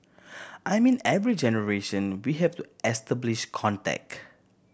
I mean every generation we have to establish contact